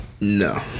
No